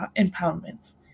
impoundments